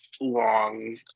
long